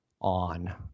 on